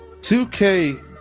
2k